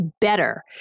better